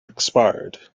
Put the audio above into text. expired